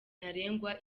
ntarengwa